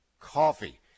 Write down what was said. coffee